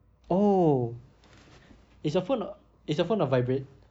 oh is your phone o~ is your phone on vibrate